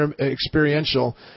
experiential